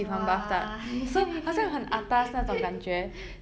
!wah!